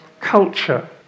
culture